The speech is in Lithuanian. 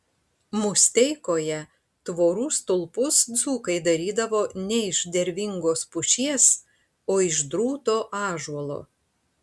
musteikoje tvorų stulpus dzūkai darydavo ne iš dervingos pušies o iš drūto ąžuolo